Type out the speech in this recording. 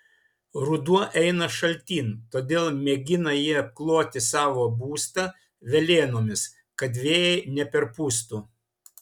ruduo eina šaltyn todėl mėgina jie apkloti savo būstą velėnomis kad vėjai neperpūstų